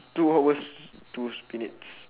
two hours two minutes